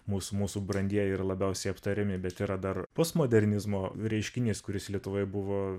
mūsų mūsų brandieji ir labiausiai aptariami bet yra dar postmodernizmo reiškinys kuris lietuvoje buvo